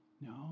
No